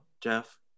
Jeff